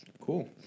Cool